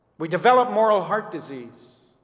we develop moral heart disease